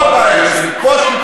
פה הבעיה שלי.